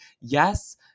yes